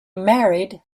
married